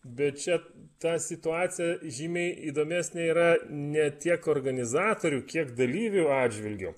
bet čia ta situacija žymiai įdomesnė yra ne tiek organizatorių kiek dalyvių atžvilgiu